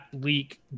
leak